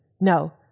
No